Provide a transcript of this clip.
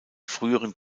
früheren